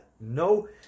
no